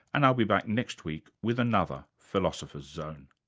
and i'll be back next week with another philosopher's zone,